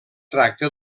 tracta